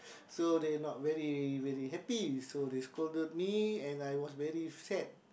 so they not really really happy so they scolded me and I was very sad